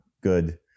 good